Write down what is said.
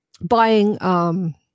buying